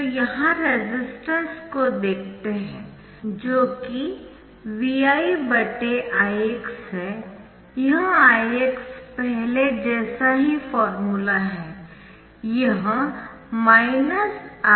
तो यहाँ रेजिस्टेंस को देखते है जो कि ViIx है यह Ix पहले जैसा ही फॉर्मूला है